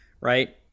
right